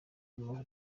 muruhe